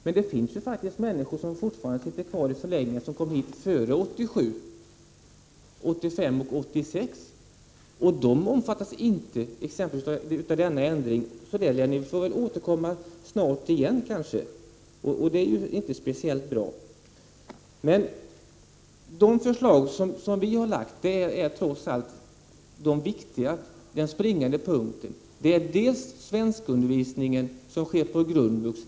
Men det finns fortfarande människor som sitter kvar i förläggningar och som kom hit före år 1987 — 1985 och 1986 — och de omfattas exempelvis inte av denna ändring. Vi lär snart få återkomma igen i den frågan, och det är inte speciellt bra. De förslag som vi moderater har lagt fram är trots allt de viktiga. Den springande punkten är den svenskundervisning som sker på grundvux.